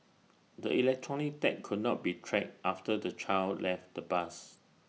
the electronic tag could not be tracked after the child left the bus